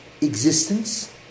existence